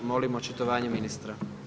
Molim očitovanje ministra.